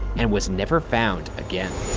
and was never found again.